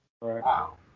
Wow